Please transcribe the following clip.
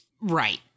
Right